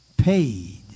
paid